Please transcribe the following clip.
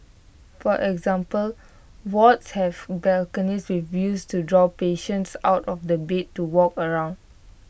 for example wards have balconies with views to draw patients out of the bed to walk around